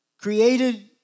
created